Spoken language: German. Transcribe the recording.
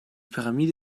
pyramide